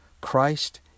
Christ